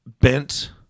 bent